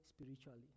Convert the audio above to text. spiritually